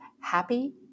happy